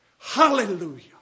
Hallelujah